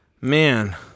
Man